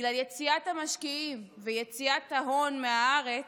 בגלל יציאת המשקיעים ויציאת ההון מהארץ,